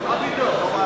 מה פתאום.